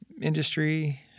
industry